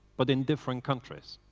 but in different countries.